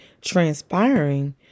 transpiring